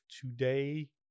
today